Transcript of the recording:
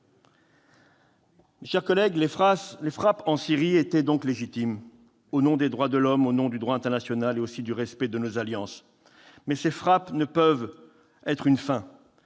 Mes chers collègues, les frappes en Syrie étaient donc légitimes, au nom des droits de l'homme, au nom du droit international, au nom du respect de nos alliances. Mais ces frappes ne peuvent pas être une fin.